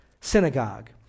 synagogue